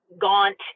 gaunt